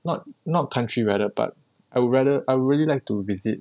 not not country rather part I would rather I would really like to visit